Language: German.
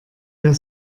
der